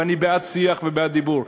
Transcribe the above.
ואני בעד שיח ובעד דיבור,